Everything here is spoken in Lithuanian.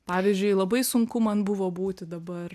pavyzdžiui labai sunku man buvo būti dabar